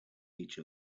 each